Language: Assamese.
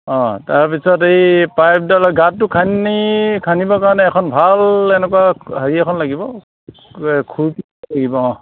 অ তাৰপিছত এই পাইপডালৰ গাঁতটো খান্দি খান্দিবৰ কাৰণে এখন ভাল এনেকুৱা হেৰি এখন লাগিব খুৰ্পি লাগিব অ